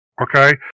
Okay